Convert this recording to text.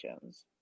Jones